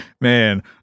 man